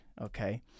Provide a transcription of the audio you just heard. Okay